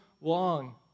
long